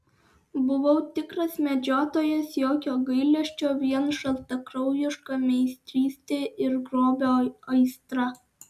buvau tikras medžiotojas jokio gailesčio vien šaltakraujiška meistrystė ir grobio aistra